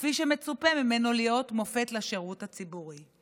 מי שמצופה ממנו להיות מופת לשירות הציבורי.